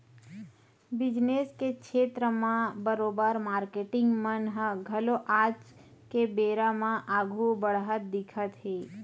business के छेत्र म बरोबर मारकेटिंग मन ह घलो आज के बेरा म आघु बड़हत दिखत हे